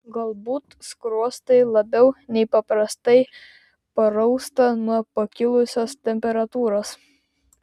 galbūt skruostai labiau nei paprastai parausta nuo pakilusios temperatūros